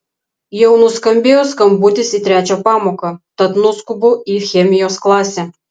jau nuskambėjo skambutis į trečią pamoką tad nuskubu į chemijos klasę